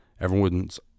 Everyone's